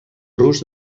rus